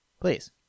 Please